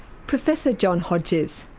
professor john hodges.